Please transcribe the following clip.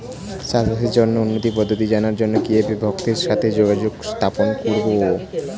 চাষবাসের জন্য উন্নতি পদ্ধতি জানার জন্য কিভাবে ভক্তের সাথে যোগাযোগ স্থাপন করব?